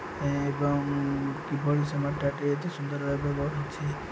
ଏବଂ କିଭଳି ସେ ମାଠିଆଟି ଏତେ ସୁନ୍ଦର ଭାବରେ ଗଢ଼ୁଛି